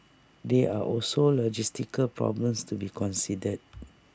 there are also logistical problems to be considered